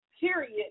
Period